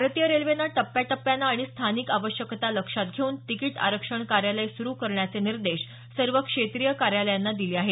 भारतीय रेल्वेनं टप्प्याटप्प्यानं आणि स्थानिक आवश्यकता लक्षात घेऊन तिकिट आरक्षण कार्यालय सुरू करण्याचे निर्देश सर्व क्षेत्रिय कार्यालयांना दिले आहेत